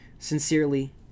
Sincerely